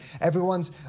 everyone's